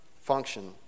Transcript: function